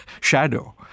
shadow